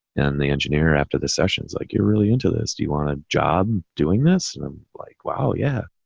and the engineer after the sessions, like, you're really into this, do you want a job doing this? and i'm like, wow. yeah.